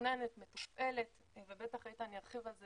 מתוכננת ומתופעלת ובטח איתן ירחיב על זה